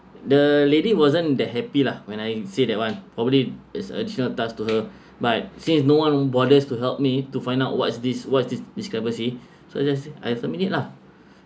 the lady wasn't that happy lah when I say that one probably is a sure a task to her but since no one bothers to help me to find out what's this what's this discrepancy so just I terminate lah